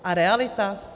A realita?